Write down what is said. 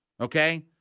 Okay